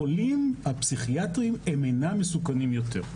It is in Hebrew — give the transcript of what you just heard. החולים הפסיכיאטריים הם אינם מסוכנים יותר.